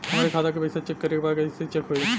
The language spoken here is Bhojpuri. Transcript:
हमरे खाता के पैसा चेक करें बा कैसे चेक होई?